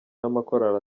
n’amakorali